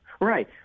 Right